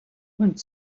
und